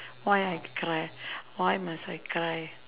why I cry why must I cry